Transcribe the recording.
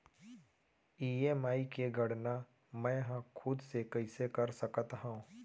EMI के गड़ना मैं हा खुद से कइसे कर सकत हव?